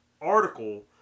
article